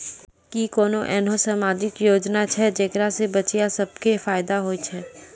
कि कोनो एहनो समाजिक योजना छै जेकरा से बचिया सभ के फायदा होय छै?